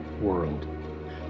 world